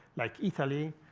like italy,